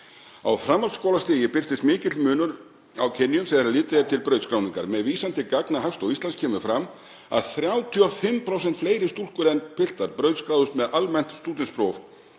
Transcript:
Á framhaldsskólastigi birtist mikill munur á kynjum þegar litið er til brautskráningar. Með vísan til gagna Hagstofu Íslands kemur fram að 35% fleiri stúlkur en piltar brautskráðust með almennt stúdentspróf